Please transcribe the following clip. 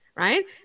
Right